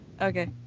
Okay